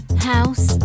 house